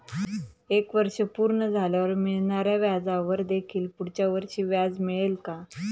एक वर्ष पूर्ण झाल्यावर मिळणाऱ्या व्याजावर देखील पुढच्या वर्षी व्याज मिळेल का?